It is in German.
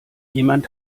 jemand